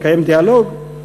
לקיים דיאלוג.